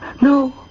No